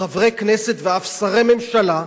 חברי כנסת ואף שרי ממשלה,